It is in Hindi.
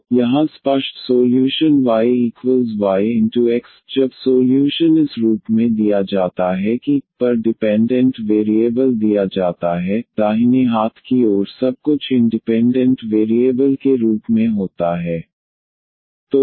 तो यहाँ स्पष्ट सोल्यूशन y y जब सोल्यूशन इस रूप में दिया जाता है कि y पर डिपेंडेंट वेरिएबल दिया जाता है दाहिने हाथ की ओर सब कुछ इंडिपेंडेंट वेरिएबल के रूप में होता है